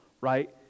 right